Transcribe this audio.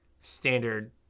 standard